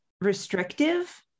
restrictive